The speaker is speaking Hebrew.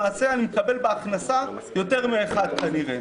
למעשה אני מקבל בהכנסה יותר מאחד כנראה,